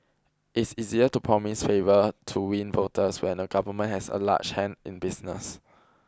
it's easier to promise favour to win voters when a government has a large hand in business